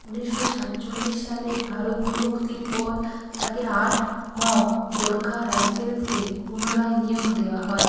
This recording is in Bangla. উনিশশো সাতচল্লিশ সালে ভারত বিভক্তির পর তাকে আট ম গোর্খা রাইফেলসে পুনরায় নিয়োগ দেওয়া হয়